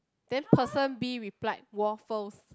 then person B replied waffles